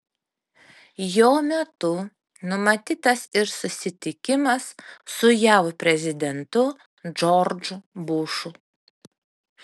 jo metu numatytas ir susitikimas su jav prezidentu džordžu bušu